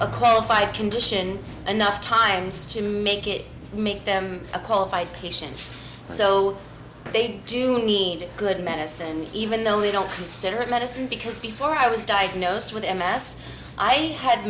a qualified condition enough times to make it make them a call five patients so they do need good medicine even though they don't consider it medicine because before i was diagnosed with m s i had